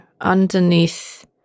underneath